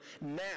now